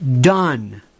done